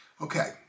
Okay